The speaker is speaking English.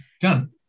Done